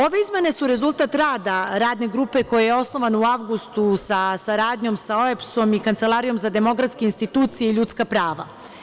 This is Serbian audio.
Ove izmene su rezultat rada radne grupe koja je osnovana u avgustu saradnjom sa OEBS-om i Kancelarijom za demokratske institucije i ljudska prava.